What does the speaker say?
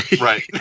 right